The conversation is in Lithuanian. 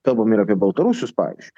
kalbam ir apie baltarusius pavyzdžiui